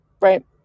right